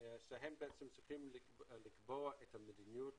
שהם צריכים לקבוע את מדיניות